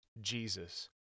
Jesus